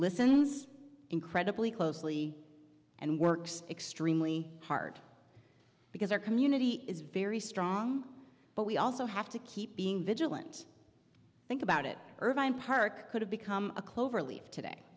listens incredibly closely and works extremely hard because our community is very strong but we also have to keep being vigilant think about it irvine park could have become a cloverleaf today